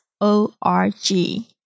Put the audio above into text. O-R-G